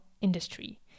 industry